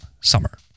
summer